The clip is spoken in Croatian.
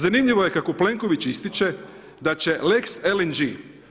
Zanimljivo je kako Plenković ističe da se lex LNG